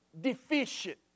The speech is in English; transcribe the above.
deficient